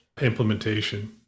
implementation